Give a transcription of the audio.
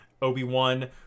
Obi-Wan